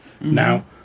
Now